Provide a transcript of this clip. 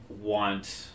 want